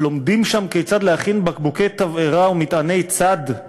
לומדים שם כיצד להכין בקבוקי תבערה ומטעני צד.